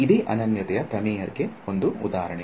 ಇದೆ ಅನನ್ಯತೆಯ ಪ್ರಮೇಯ ಗೆ ಒಂದು ಉದಾಹರಣೆ